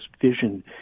vision